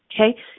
okay